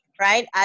right